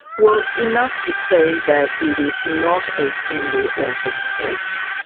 well, enough to say that it is not a single authored text,